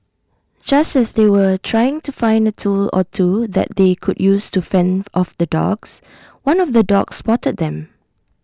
just as they were trying to find A tool or two that they could use to fend off the dogs one of the dogs spotted them